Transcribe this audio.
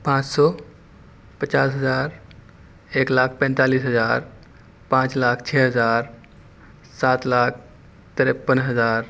پانچ سو پچاس ہزار ایک لاکھ پینتالیس ہزار پانچ لاکھ چھ ہزار سات لاکھ تریپن ہزار